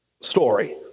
story